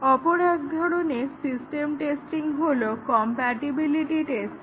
অপর এক ধরনের সিস্টেম টেস্টিং হলো কম্প্যাটিবিলিটি টেস্টিং